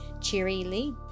cheerily